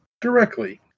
directly